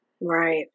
Right